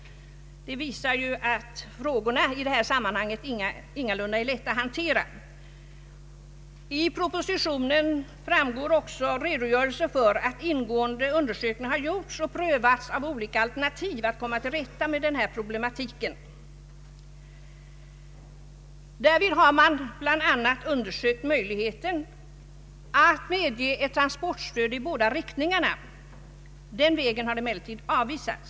Det visar att dessa frågor ingalunda är lätta att hantera. Av en redogörelse i propositionen framgår att ingående undersökningar föregått propositionen. Olika alternativ att komma till rätta med problemen har prövats. Därvid har man bl.a. undersökt möjligheten att medge ett transportstöd i båda riktningarna. Den vägen har emellertid avvisats.